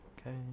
Okay